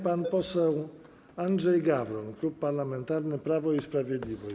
Pan poseł Andrzej Gawron, Klub Parlamentarny Prawo i Sprawiedliwość.